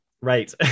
Right